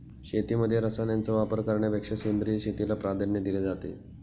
शेतीमध्ये रसायनांचा वापर करण्यापेक्षा सेंद्रिय शेतीला प्राधान्य दिले जाते